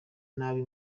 nabi